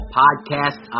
podcast